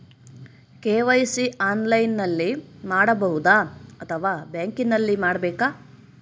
KYC ಆನ್ಲೈನಲ್ಲಿ ಮಾಡಬಹುದಾ ಅಥವಾ ಬ್ಯಾಂಕಿನಲ್ಲಿ ಮಾಡ್ಬೇಕಾ?